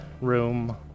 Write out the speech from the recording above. room